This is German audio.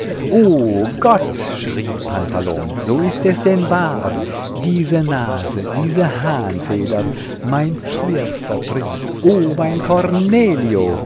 o gott schrie pantalon so ist es denn wahr diese nase diese hahnfedern mein teuerster prinz o mein